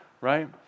Right